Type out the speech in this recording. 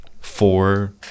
four